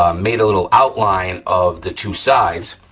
um made a little outline of the two sides,